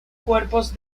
cuerpos